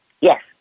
Yes